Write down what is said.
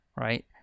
right